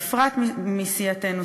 בפרט מסיעתנו,